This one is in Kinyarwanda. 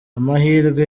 amahirwe